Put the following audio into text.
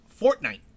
Fortnite